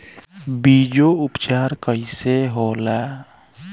बीजो उपचार कईसे होला?